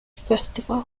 festival